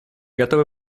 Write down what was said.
готовы